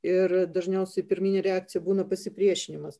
ir dažniausiai pirminė reakcija būna pasipriešinimas